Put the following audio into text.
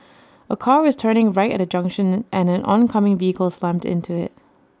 A car was turning right at A junction and an oncoming vehicle slammed into IT